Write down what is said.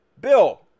Bill